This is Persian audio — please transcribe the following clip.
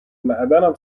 معدنم